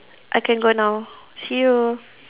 I can go now see you